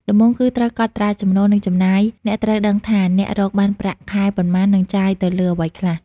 ដំបូងគឺត្រូវកត់ត្រាចំណូល និងចំណាយ អ្នកត្រូវដឹងថាអ្នករកបានប្រាក់ខែប៉ុន្មាន និងចាយទៅលើអ្វីខ្លះ។